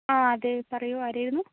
ആ അതേ പറയൂ ആരായിരുന്നു